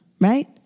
right